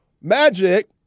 magic